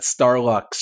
Starlux